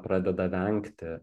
pradeda vengti